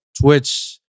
Twitch